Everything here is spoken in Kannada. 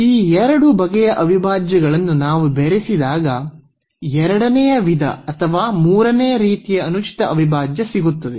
ಈ ಎರಡು ಬಗೆಯ ಅವಿಭಾಜ್ಯಗಳನ್ನು ನಾವು ಬೆರೆಸಿದಾಗ ಎರಡನೆಯ ವಿಧದ ಅಥವಾ ಮೂರನೆಯ ರೀತಿಯ ಅನುಚಿತ ಅವಿಭಾಜ್ಯ ಸಿಗುತ್ತದೆ